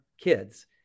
kids